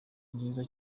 nziza